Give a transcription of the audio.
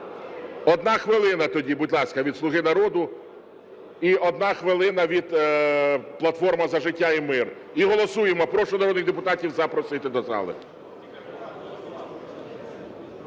Одна хвилина тоді, будь ласка, від "Слуги народу" і одна хвилина від "Платформа за життя і мир". І голосуємо. Прошу народних депутатів запросити до зали.